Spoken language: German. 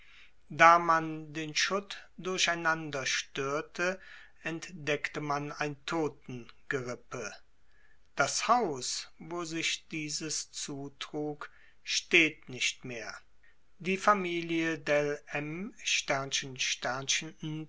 da man den schutt durcheinander störte entdeckte man ein totengerippe das haus wo sich dieses zutrug steht nicht mehr die familie